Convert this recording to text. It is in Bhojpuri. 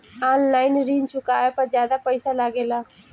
आन लाईन ऋण चुकावे पर ज्यादा पईसा लगेला?